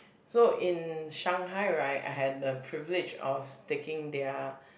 so in Shanghai right I had the privilege of taking their